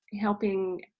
helping